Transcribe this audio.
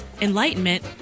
enlightenment